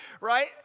right